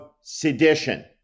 sedition